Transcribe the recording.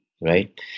right